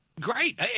Great